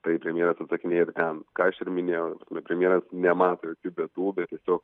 tai premjeras atsakinėja ir ten ką aš ir minėjau bet premjeras nemato jokių bėdų bet tiesiog